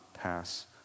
pass